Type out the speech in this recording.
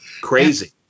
Crazy